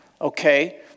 Okay